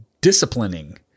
disciplining